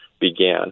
began